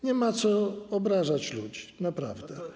Nie ma co obrażać ludzi, naprawdę.